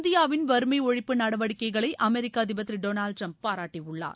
இந்தியாவின் வறுமை ஒழிப்பு நடவடிக்கைகளை அமெரிக்க அதிபர் திரு டொனால்டு டிரம்ப் பாராட்டியுள்ளார்